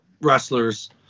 wrestlers